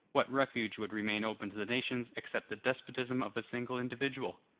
what refuge would remain open to the nations, except the despotism of a single individual?